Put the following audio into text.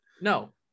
No